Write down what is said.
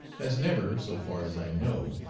has never, so far as i know,